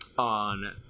on